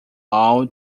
all